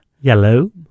Yellow